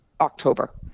October